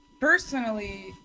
personally